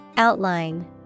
Outline